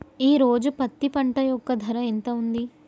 ఈ రోజు పత్తి పంట యొక్క ధర ఎంత ఉంది?